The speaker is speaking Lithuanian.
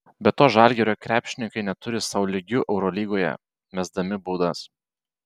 be to žalgirio krepšininkai neturi sau lygių eurolygoje mesdami baudas